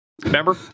Remember